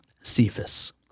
Cephas